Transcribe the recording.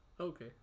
Okay